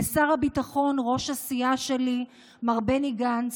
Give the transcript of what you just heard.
לשר הביטחון, ראש הסיעה שלי, מר בני גנץ.